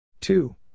two